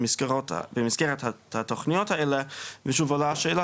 במסגרת התוכניות האלה ושוב עולה השאלה,